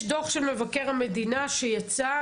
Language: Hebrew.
יש דו"ח של מבקר המדינה שיצא,